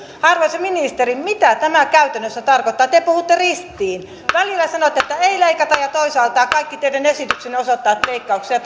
arvoisa ministeri mitä tämä käytännössä tarkoittaa te puhutte ristiin välillä sanotte että ei leikata ja toisaalta kaikki teidän esityksenne osoittavat että leikkauksia